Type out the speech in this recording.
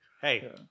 Hey